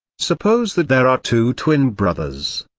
suppose that there are two twin brothers.